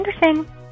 Anderson